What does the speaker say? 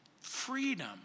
freedom